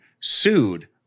sued